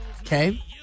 Okay